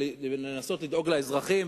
ולנסות לדאוג לאזרחים,